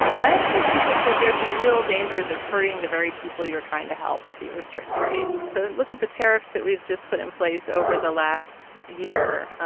and i actually think that that there's some real dangers of hurting the very people you're trying to help if you restrict trades so look at the tariffs that we've just put in place over the last year.